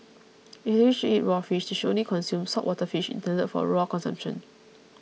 if they wish to eat raw fish they should only consume saltwater fish intended for raw consumption